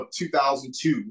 2002